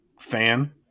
fan